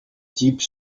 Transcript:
types